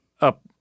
up